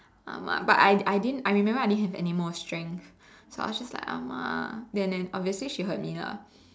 ah-ma but I I didn't I remember I didn't have any more strength so I was just like ah-ma then then obviously she heard me lah